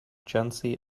jency